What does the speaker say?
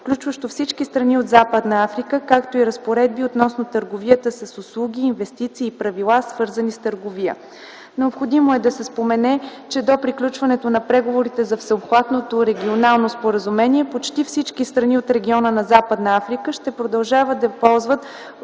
включващо всички страни от Западна Африка, както и разпоредби относно търговията с услуги, инвестиции и правила, свързани с търговия. Необходимо е да се спомене, че до приключването на преговорите за всеобхватното регионално споразумение почти всички страни от региона на Западна Африка ще продължат да се ползват